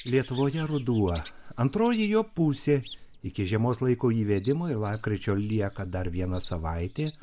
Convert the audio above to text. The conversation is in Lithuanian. lietuvoje ruduo antroji jo pusė iki žiemos laiko įvedimo ir lapkričio lieka dar viena savaitė